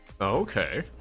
Okay